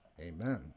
amen